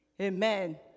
Amen